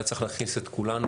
היה צריך להכניס את כולנו